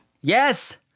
Yes